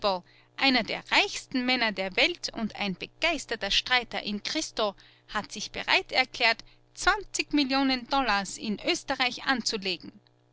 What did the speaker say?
einer der reichsten männer der welt und ein begeisterter streiter in christo hat sich bereit erklärt zwanzig millionen dollars in oesterreich anzulegen